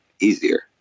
easier